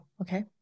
Okay